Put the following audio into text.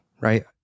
right